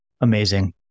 Amazing